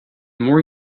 more